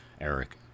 Eric